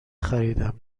خریدم